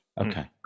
Okay